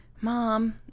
Mom